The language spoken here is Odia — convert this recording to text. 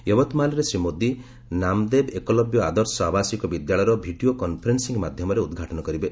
ୟବତ୍ମାଲ୍ରେ ଶ୍ରୀ ମୋଦି ନାମ୍ଦେବ୍ ଏକଲବ୍ୟ ଆଦର୍ଶ ଆବାସିକ ବିଦ୍ୟାଳୟର ଭିଡ଼ିଓ କନ୍ଫରେନ୍ସିଂ ମାଧ୍ୟମରେ ଉଦ୍ଘାଟନ କରିବେ